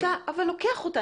למה אתה בכלל לוקח אותה?